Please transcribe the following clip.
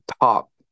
top